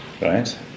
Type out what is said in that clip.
right